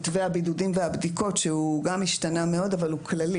מתווה הבידודים והבדיקות שהוא גם השתנה מאוד אבל הוא כללי.